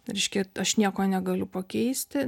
reiškia aš nieko negaliu pakeisti